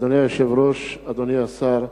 אדוני היושב-ראש, אדוני השר,